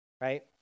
right